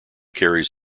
carries